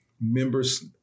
members